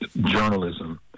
journalism